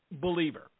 believer